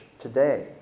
today